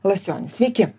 lasionis sveiki